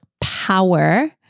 power